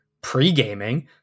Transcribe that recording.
pre-gaming